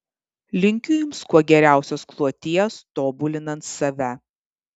linkiu jums kuo geriausios kloties tobulinant save